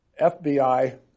FBI